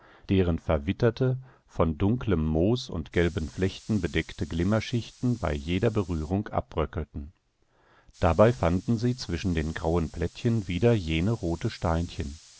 deren verwitterte von dunklem moos und gelben flechten bedeckte glimmerschichten bei jeder berührung abbröckelten dabei fanden sie zwischen den grauen plättchen wieder jene roten steinchen